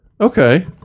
Okay